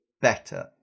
better